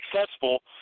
successful